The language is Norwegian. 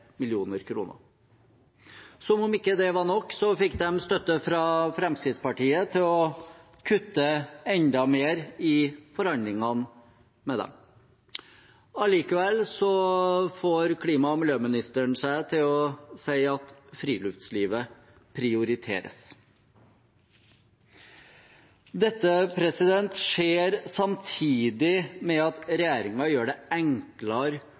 millioner kroner. Som om ikke det var nok, fikk de støtte av Fremskrittspartiet til å kutte enda mer i forhandlingene med dem. Allikevel får klima- og miljøministeren seg til å si at friluftslivet prioriteres. Dette skjer samtidig med at regjeringen gjør det enklere